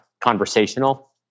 conversational